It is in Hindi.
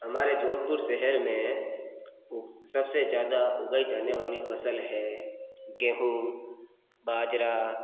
हमारे जोधपुर शहर में सबसे ज़्यादा उगाई जाने वाली फसल है गेहूँ बाजरा